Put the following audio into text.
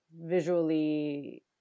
visually